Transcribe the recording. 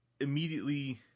immediately